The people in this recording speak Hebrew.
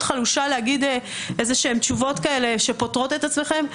חלושה להגיד תשובות כאלה שפוטרות את עצמכם?